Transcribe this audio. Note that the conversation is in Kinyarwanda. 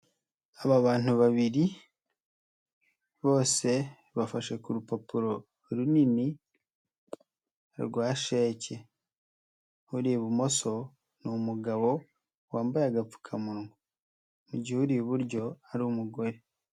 Aba bantu babiri bose bafashe ku rupapuro runini rwa sheke, uri ibumoso ni umugabo wambaye agapfukamunwa, mu gihe uri iburyo ari umugore.